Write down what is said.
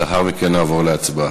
לאחר מכן נעבור להצבעה.